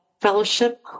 fellowship